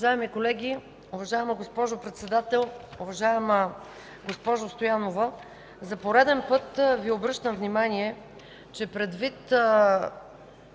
Уважаеми колеги, уважаема госпожо Председател! Уважаема госпожо Стоянова, за пореден път Ви обръщам внимание, че предвид